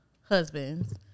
husbands